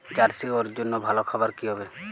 Jersey গরুর জন্য ভালো খাবার কি হবে?